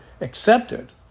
accepted